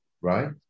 right